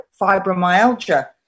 fibromyalgia